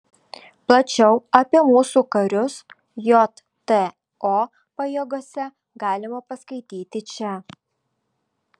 plačiau apie mūsų karius jto pajėgose galima paskaityti čia